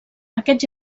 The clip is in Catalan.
aquests